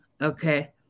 Okay